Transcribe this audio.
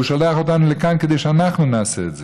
והוא שולח אותנו לכאן כדי שאנחנו נעשה את זה.